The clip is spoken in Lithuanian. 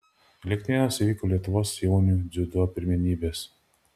elektrėnuose vyko lietuvos jaunių dziudo pirmenybės